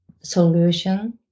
solution